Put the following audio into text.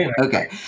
Okay